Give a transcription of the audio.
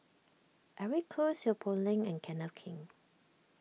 Eric Khoo Seow Poh Leng and Kenneth Keng